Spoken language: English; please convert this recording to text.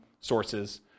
sources